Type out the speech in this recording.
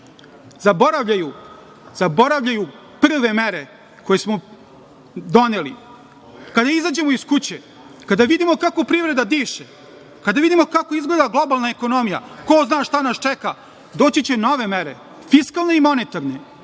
Zaboravljaju prve mere koje smo doneli. Kada izađemo iz kuće, kada vidimo kako privreda diše, kada vidimo kako izgleda globalna ekonomija, ko zna šta nas čeka, doći će nove mere, fiskalne i monetarne.